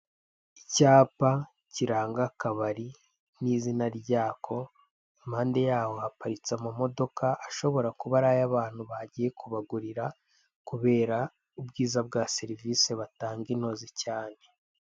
Icyapa kiranga akabari n'izina ryako, ampande yaho haparitse amamodoka ashobora kuba ari ay'abantu bagiye kubagurira kubera ubwiza bwa serivise batanga inoze cyane.